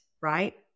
right